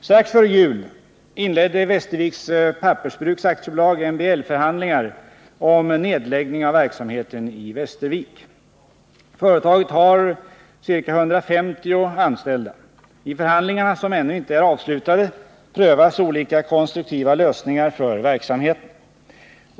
Strax före jul inledde Westerviks Pappersbruks AB MBL-förhandlingar om nedläggning av verksamheten i Västervik. Företaget har ca 150 anställda. I förhandlingarna som ännu inte är avslutade prövas olika konstruktiva lösningar för verksamheten.